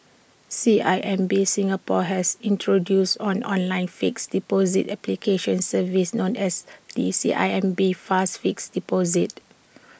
C I M B Singapore has introduced on online fixed deposit application service known as the C I M B fast fixed deposit